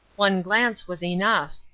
one glance was enough.